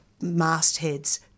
mastheads